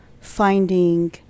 finding